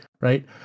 right